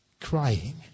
crying